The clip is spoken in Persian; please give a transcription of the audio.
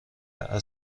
اسب